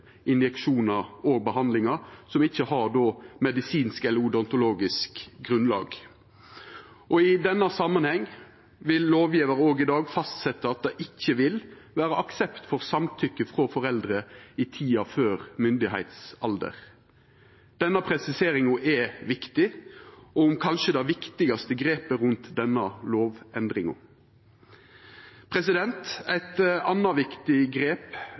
injeksjonar og behandlingar som ikkje har medisinsk eller odontologisk grunnlag. I denne samanheng vil lovgjevar i dag fastsetja at det ikkje vil vera aksept for samtykke frå foreldre i tida før myndigheitsalder. Denne presiseringa er viktig – kanskje det viktigaste grepet i lovendringa. Eit anna viktig grep